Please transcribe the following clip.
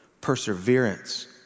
perseverance